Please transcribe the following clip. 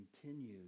Continues